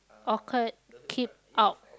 occurred keep out